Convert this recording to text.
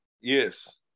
Yes